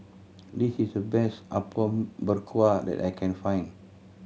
this is the best Apom Berkuah that I can find